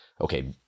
okay